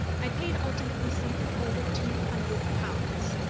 i paid ultimately something over two hundred pounds.